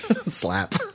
slap